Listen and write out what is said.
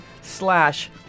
slash